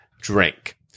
drink